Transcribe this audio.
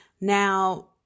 Now